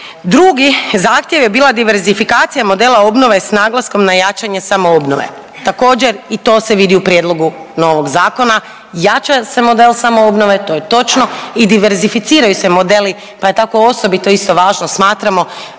Drugi zahtjev je bila diversifikacija modela obnove s naglaskom na jačanje samoobnove, također i to se vidi u prijedlogu novog zakona, jača se model samoobnove, to je točno i diversificiraju se modeli, pa je tako osobito isto važno smatramo